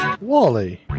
Wally